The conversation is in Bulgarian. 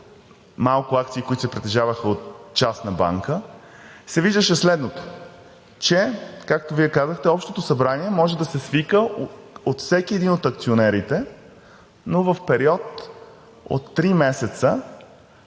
малко акции, които се притежаваха от частна банка, се виждаше следното: че, както Вие казахте, Общото събрание може да се свика от всеки един от акционерите, но в период от три месеца